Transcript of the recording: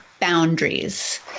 boundaries